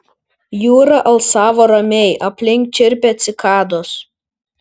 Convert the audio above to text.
jūra alsavo ramiai aplink čirpė cikados